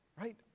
right